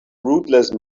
rootless